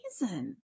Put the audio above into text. reason